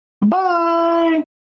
Bye